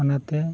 ᱚᱱᱟᱛᱮ